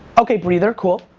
okay, breathr, cool.